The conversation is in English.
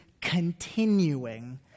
continuing